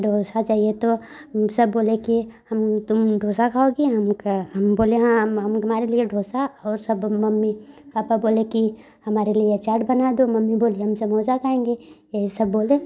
डोसा चाहिए तो सब बोले कि हम तुम डोसा खाओगी हम कहे हम बोले हाँ हम कहे हमारे लिए डोसा और सब मम्मी पापा बोले कि हमारे लिए चाट बना दो मम्मी बोली हम समोसा खाएंगे यही सब बोले